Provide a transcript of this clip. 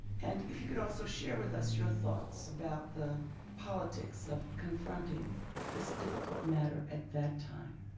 and if you can also share with us your thoughts about the politics of confronting this difficult matter at that time.